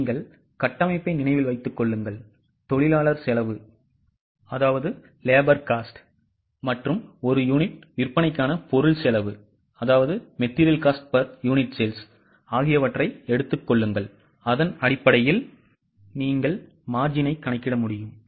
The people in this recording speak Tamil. நீங்கள் கட்டமைப்பை நினைவில் வைத்துக் கொள்ளுங்கள் தொழிலாளர் செலவு ஒரு யூனிட் விற்பனைக்கான பொருள் செலவு ஆகியவற்றை எடுத்துக் கொள்ளுங்கள் அதன் அடிப்படையில் நீங்கள் marginஐ கணக்கிட முடியும்